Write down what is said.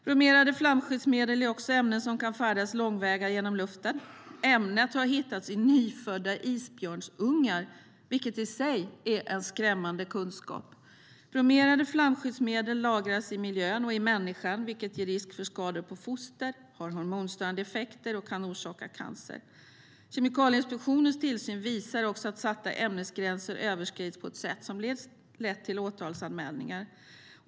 Bromerade flamskyddsmedel är också ämnen som kan färdas långväga genom luften. Sådana ämnen har hittats i nyfödda isbjörnsungar, vilket i sig är en skrämmande kunskap. Bromerade flamskyddsmedel lagras i miljön och i människan, vilket ger risk för skador på foster, har hormonstörande effekter och kan orsaka cancer. Kemikalieinspektionens tillsyn visar också att satta ämnesgränser överskrids på ett sätt som har lett till åtalsanmälningar.